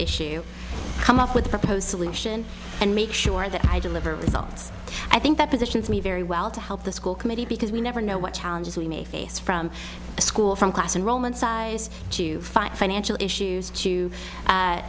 issue come up with a proposed solution and make sure that i deliver results i think that positions me very well to help the school committee because we never know what challenges we may face from school from class and roman size to fight financial issues to